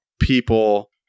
people